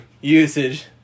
usage